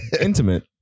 Intimate